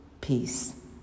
Peace